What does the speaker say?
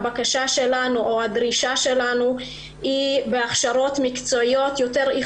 הדרישה שלנו היא להכשרות מקצועיות יותר,